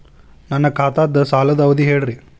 ನನ್ನ ಖಾತಾದ್ದ ಸಾಲದ್ ಅವಧಿ ಹೇಳ್ರಿ